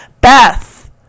Beth